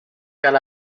cal